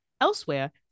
Elsewhere